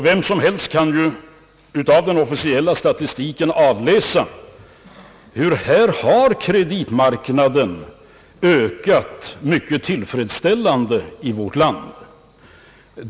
Vem som helst kan av den officiella statistiken avläsa hur kreditmarknaden på ett mycket tillfredsställande sätt har ökat i vårt land.